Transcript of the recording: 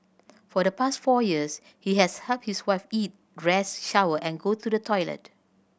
for the past four years he has helped his wife eat dress shower and go to the toilet